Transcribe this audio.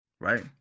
Right